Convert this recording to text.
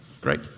Great